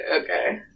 Okay